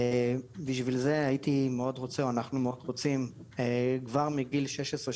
בשביל זה היינו מאוד רוצים כבר מגיל שש עשרה,